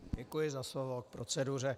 Děkuji za slovo k proceduře.